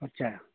আচ্ছা